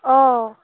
অ